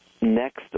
next